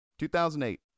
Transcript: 2008